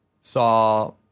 saw